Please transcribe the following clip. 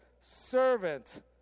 servant